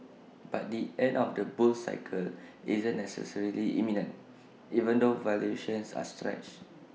but the end of the bull cycle isn't necessarily imminent even though valuations are stretched